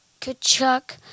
Kachuk